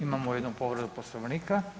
Imamo jednu povredu Poslovnika.